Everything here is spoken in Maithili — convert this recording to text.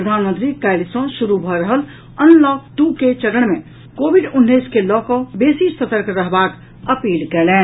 प्रधानमंत्री काल्हि सँ शुरू भऽ रहल अनलॉक टू के चरण मे कोविड उन्नैस के लऽ कऽ बेसी सतर्क रहबाक अपील कयलनि